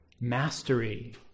mastery